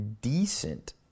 decent